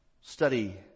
study